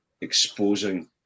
exposing